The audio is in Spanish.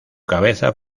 cabeza